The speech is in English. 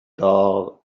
dough